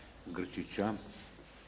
Grčića.